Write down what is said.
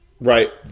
Right